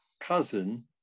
cousin